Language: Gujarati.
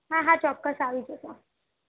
હા હા ચોક્કસ આવી જજો